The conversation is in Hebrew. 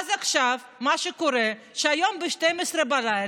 מה שקורה עכשיו זה שהיום ב-24:00,